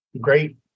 great